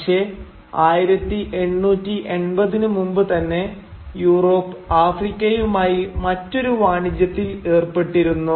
പക്ഷെ 1880 നു മുമ്പ് തന്നെ യൂറോപ്പ് ആഫ്രിക്കയുമായി മറ്റൊരു വാണിജ്യത്തിൽ ഏർപ്പെട്ടിരുന്നു